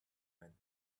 meant